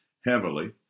heavily